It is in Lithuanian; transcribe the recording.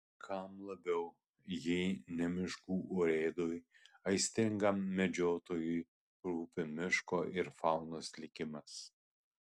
ir kam labiau jeigu ne miškų urėdui aistringam medžiotojui rūpi miško ir faunos likimas